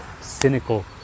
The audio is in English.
cynical